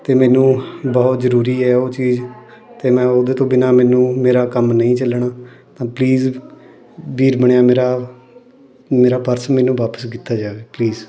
ਅਤੇ ਮੈਨੂੰ ਬਹੁਤ ਜ਼ਰੂਰੀ ਹੈ ਉਹ ਚੀਜ਼ ਅਤੇ ਮੈਂ ਉਹਦੇ ਤੋਂ ਬਿਨਾਂ ਮੈਨੂੰ ਮੇਰਾ ਕੰਮ ਨਹੀਂ ਚੱਲਣਾ ਤਾਂ ਪਲੀਜ਼ ਵੀਰ ਬਣਿਓ ਮੇਰਾ ਮੇਰਾ ਪਰਸ ਮੈਨੂੰ ਵਾਪਸ ਕੀਤਾ ਜਾਵੇ ਪਲੀਜ਼